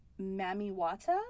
Mamiwata